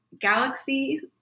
galaxy